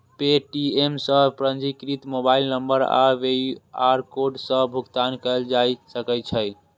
Paytm सं पंजीकृत mobile number आ क्यू.आर कोड सं भुगतान कैल जा सकै छै